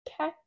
okay